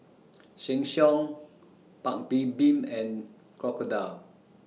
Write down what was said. Sheng Siong Paik's Bibim and Crocodile